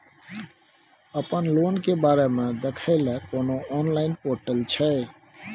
अपन लोन के बारे मे देखै लय कोनो ऑनलाइन र्पोटल छै?